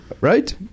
Right